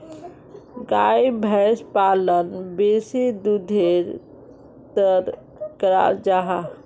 गाय भैंस पालन बेसी दुधेर तंर कराल जाहा